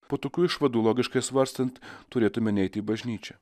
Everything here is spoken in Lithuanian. po tokių išvadų logiškai svarstant turėtumėme neiti į bažnyčią